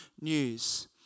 news